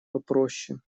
попроще